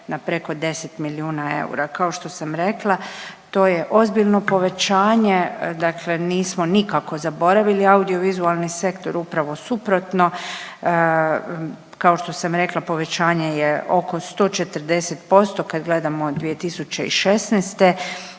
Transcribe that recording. na preko 10 milijuna eura. Kao što sam rekla to je ozbiljno povećanje, dakle nismo nikako zaboravili audio vizualni sektor, upravo suprotno. Kao što sam rekla povećanje je oko 140% kad gledamo 2016.